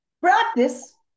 Practice